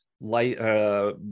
light